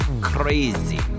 crazy